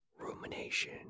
rumination